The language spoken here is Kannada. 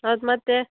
ಹೌದು ಮತ್ತೆ